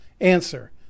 answer